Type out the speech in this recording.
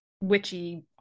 witchy